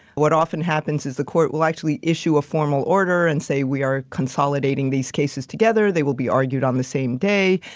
what often happens is the court will actually issue a formal order and say we are consolidating these cases together, they will be argued on the same day.